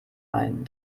ein